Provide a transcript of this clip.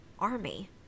army